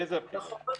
אילו בחירות?